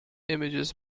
images